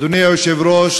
אדוני היושב-ראש,